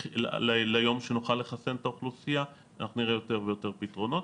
ליום שנוכל לחסן את האוכלוסייה אנחנו נראה יותר ויותר פתרונות.